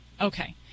Okay